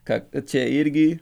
kad čia irgi